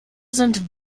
sind